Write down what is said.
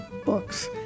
books